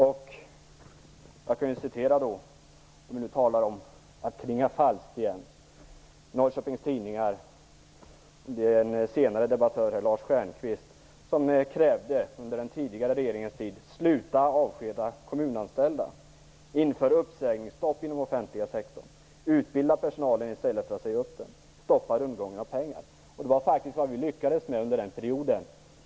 För att återknyta till talet om att klinga falskt kan jag återge en kommande debattörs, Lars Stjernkvist, krav i Norrköpings tidningar under den tidigare regeringens tid: Sluta avskeda kommunanställda. Inför uppsägningsstopp inom den offentliga sektorn. Utbilda personalen i stället för att säga upp den. Stoppa rundgången av pengar. Det var faktiskt vad vi lyckades med under den perioden.